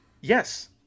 Yes